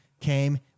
Came